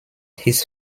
his